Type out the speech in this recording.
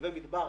נווה מדבר,